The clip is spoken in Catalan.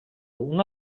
una